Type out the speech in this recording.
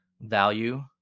value